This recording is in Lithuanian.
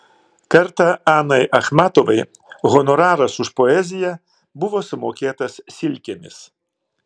kartą anai achmatovai honoraras už poeziją buvo sumokėtas silkėmis